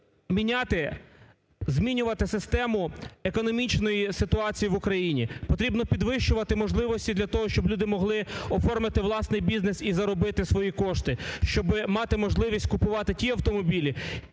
міняти, змінювати систему економічної ситуації в Україні. Потрібно підвищувати можливості для того, щоб люди могли оформити власний бізнес і заробити свої кошти, щоби мати можливість купувати ті автомобілі